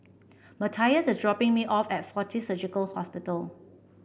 Matthias is dropping me off at Fortis Surgical Hospital